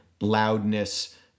loudness